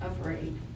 afraid